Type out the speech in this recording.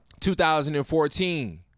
2014